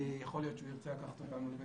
יכול להיות שהוא ירצה לקחת אותנו לבית